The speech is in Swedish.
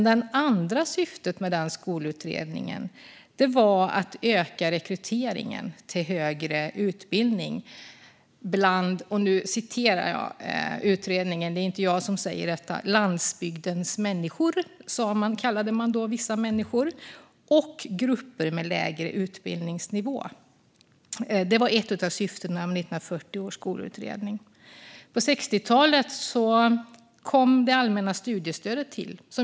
Det andra syftet med den skolutredningen var att öka rekryteringen till högre utbildning bland - för att använda utredningens ord; det är inte jag som säger detta - landsbygdens människor, som man då kallade vissa människor, och grupper med lägre utbildningsnivå. Det var ett av syftena med 1940 års skolutredning. På 60-talet kom det allmänna studiestödet till.